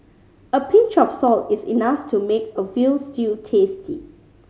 a pinch of salt is enough to make a veal stew tasty